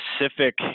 specific